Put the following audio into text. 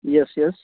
yes yes